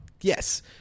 Yes